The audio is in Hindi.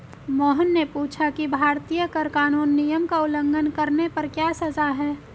मोहन ने पूछा कि भारतीय कर कानून नियम का उल्लंघन करने पर क्या सजा है?